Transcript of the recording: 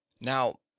now